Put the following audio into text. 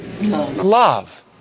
love